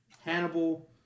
Hannibal